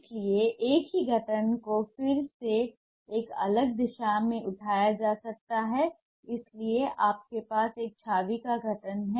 इसलिए एक ही गठन को फिर से एक अलग दिशा से उठाया जा सकता है इसलिए आपके पास एक छवि का गठन है